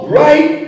right